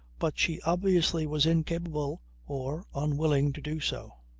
but she obviously was incapable or unwilling to do so.